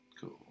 Cool